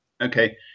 Okay